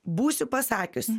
būsiu pasakius